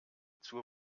zur